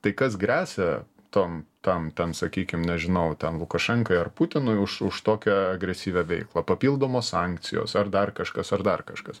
tai kas gresia tom tam ten sakykim nežinau ten lukašenkai ar putinui už už tokią agresyvią veiklą papildomos sankcijos ar dar kažkas ar dar kažkas